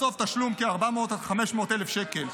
בסוף תשלום כ-500,000-400,000 שקל.